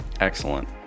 Excellent